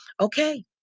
Okay